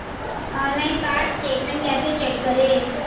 Online card statement कैसे check करें?